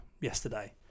yesterday